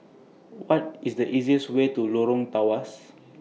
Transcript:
What IS The easiest Way to Lorong Tawas